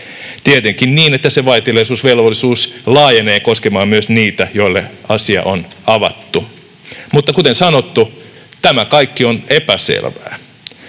tietenkin niin, että se vaiteliaisuusvelvollisuus laajenee koskemaan myös niitä, joille asia on avattu. Mutta kuten sanottu, tämä kaikki on epäselvää.